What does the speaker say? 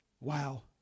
Wow